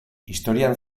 historian